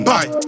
Bye